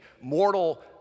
mortal